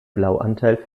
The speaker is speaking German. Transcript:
blauanteil